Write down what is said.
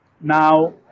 Now